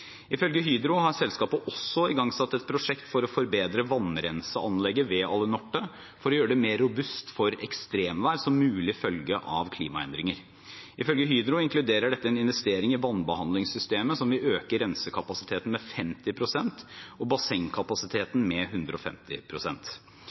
Ifølge Hydro har selskapet også igangsatt et prosjekt for å forbedre vannrenseanlegget ved Alunorte for å gjøre det mer robust for ekstremvær som mulig følge av klimaendringer. Ifølge Hydro inkluderer dette en investering i vannbehandlingssystemet, som vil øke rensekapasiteten med 50 pst. og